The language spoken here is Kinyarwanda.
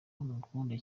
mukunda